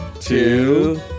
two